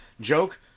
joke